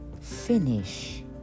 finish